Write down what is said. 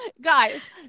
Guys